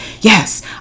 yes